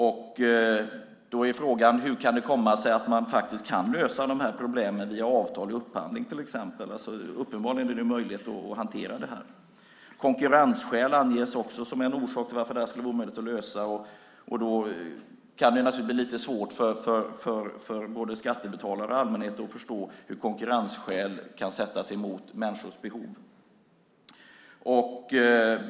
Frågan är hur det kan komma sig att man faktiskt kan lösa problemen via avtal i upphandling till exempel. Det är uppenbarligen möjligt att hantera. Konkurrensskäl anges också som en orsak till att det här skulle vara omöjligt att lösa. Det kan naturligtvis vara lite svårt för skattebetalare och allmänhet att förstå hur konkurrensskäl kan sättas emot människors behov.